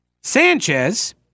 Sanchez